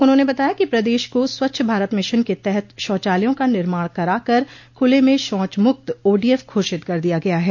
उन्होंने बताया कि प्रदेश को स्वच्छ भारत मिशन के तहत शौचालयों का निर्माण करा कर खुले में शौचमुक्त ओडीएफ घोषित कर दिया गया है